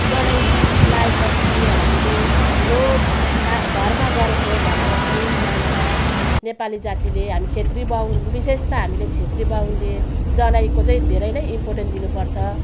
जनै लगाए पछि हामीले ठुलो कहाँ धर्म गरेको भनेर चाहिँ मान्छ नेपाली जातिले हामी छेत्री बाहुन विशेष त हामी छेत्री बाहुनले जनैको चाहिँ धेरै नै इम्पोर्टेन्ट दिनु पर्छ